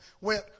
went